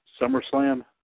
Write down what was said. SummerSlam